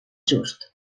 just